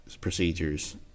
procedures